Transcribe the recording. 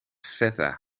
feta